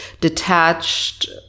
detached